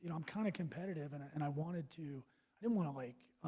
and i'm kind of competitive and and i wanted to i didn't want to like